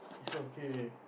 it's okay